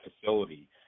facility